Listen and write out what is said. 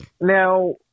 now